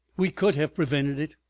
we could have prevented it!